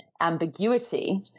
ambiguity